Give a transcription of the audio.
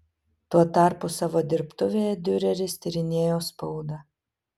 tuo tarpu savo dirbtuvėje diureris tyrinėjo spaudą